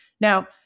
Now